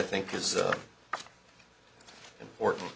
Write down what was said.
think is important